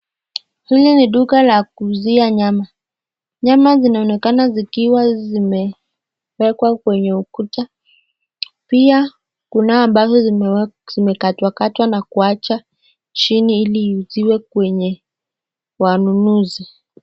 Hili ni duka la kuuzia nyama. Nyama zinaonekana zikiwa zimewekwa kwenye ukuta, pia kunao ambazo zimekatwa katwa na kuwachwa chini ili iuziwe kwenye wanunuzi.